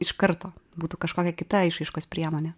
iš karto būtų kažkokia kita išraiškos priemonė